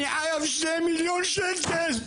אני חייב 2 מיליון שקל,